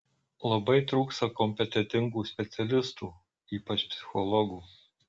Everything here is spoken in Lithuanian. labai trūksta kompetentingų specialistų ypač psichologų